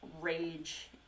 rage